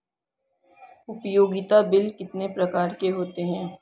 उपयोगिता बिल कितने प्रकार के होते हैं?